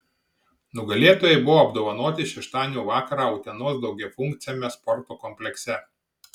nugalėtojai buvo apdovanoti šeštadienio vakarą utenos daugiafunkciame sporto komplekse